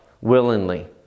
willingly